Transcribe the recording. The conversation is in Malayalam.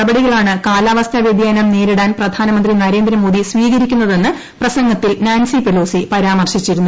നടപടികളാണ് കാലാവസ്ഥാ ്പ്രൃതീയാനം നേരിടാൻ പ്രധാനമന്ത്രി നരേന്ദ്രമോദി സ്വീകരിക്കുന്നത്തെന്ന് പ്രസംഗത്തിൽ നാൻസി പെലോസി പരാമർശിച്ചിരുന്നു